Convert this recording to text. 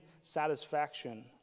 satisfaction